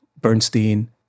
Bernstein